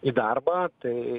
į darbą tai